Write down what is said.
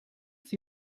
that